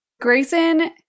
Grayson